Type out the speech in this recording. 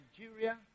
Nigeria